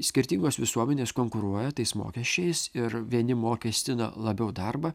skirtingos visuomenės konkuruoja tais mokesčiais ir vieni mokestina labiau darbą